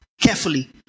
carefully